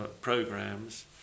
programs